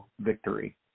victory